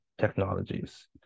Technologies